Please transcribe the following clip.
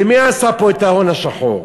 ומי עשה פה את ההון השחור?